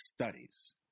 Studies